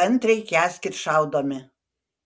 kantriai kęskit šaudomi